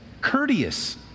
Courteous